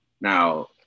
Now